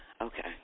Okay